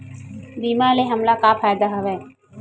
बीमा ले हमला का फ़ायदा हवय?